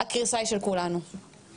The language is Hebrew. הקריסה היא של כולנו.